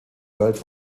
world